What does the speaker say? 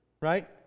right